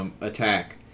attack